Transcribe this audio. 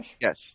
yes